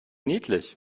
niedlich